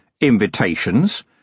Invitations